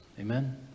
amen